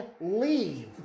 leave